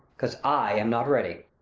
cause i am not ready.